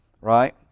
right